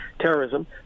terrorism